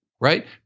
right